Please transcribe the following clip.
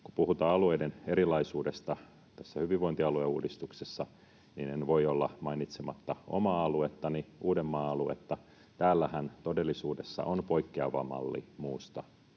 Kun puhutaan alueiden erilaisuudesta tässä hyvinvointialueuudistuksessa, niin en voi olla mainitsematta omaa aluettani, Uudenmaan aluetta. Täällähän on todellisuudessa poikkeava malli muusta